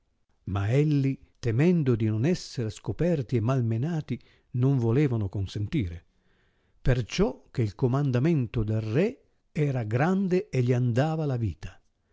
elli temendo di non essere scoperti e malmenati non volevano consentire perciò che il comandamento del re era grande e gli andava la vita